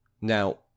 Now